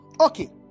Okay